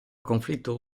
conflitto